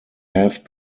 have